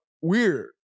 weird